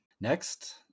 Next